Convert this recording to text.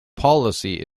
policy